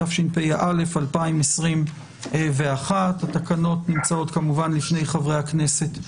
התשפ"א 2021. התקנות נמצאות כמובן בפני חברי הכנסת.